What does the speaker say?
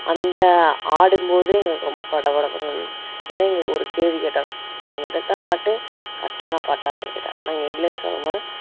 அந்த ஆடும்போது எங்களுக்கு ரொம்ப படபடபடன்னு இருந்தது ஏன்னால் எங்களுக்கு ஒரு கேள்வி கேட்டாங்க நீங்கள் எடுத்த பாட்டு கரெக்டான பாட்டா அப்படின் கேட்டாங்க நாங்கள் இல்லைன் சொல்லும்போது